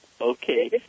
Okay